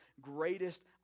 greatest